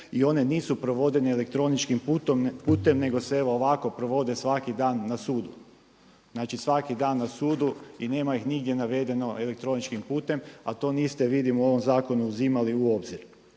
i one nisu provođene elektroničkim putem nego se evo ovako provode svaki dan na sudu. Znači svaki dan na sudu i nema ih nigdje navedeno elektroničkim putem a to niste vidim u ovom zakonu uzimali u obzir.